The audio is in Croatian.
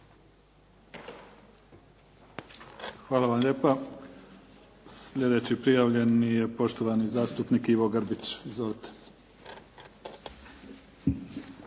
Hvala vam lijepa. Sljedeći prijavljeni je poštovani zastupnik Ivo Grbić. Izvolite.